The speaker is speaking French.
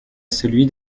celui